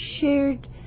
shared